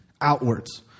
outwards